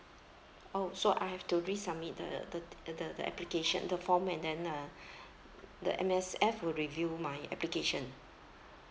oh so I have to resubmit the the the the the application the form and then uh the M_S_F will review my application